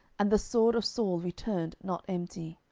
and the sword of saul returned not empty.